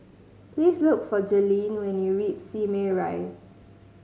please look for Jailene when you reach Simei Rise